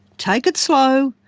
take it slow.